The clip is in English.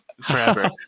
forever